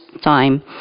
time